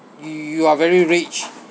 you you are very rich